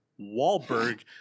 Wahlberg